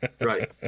Right